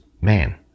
Man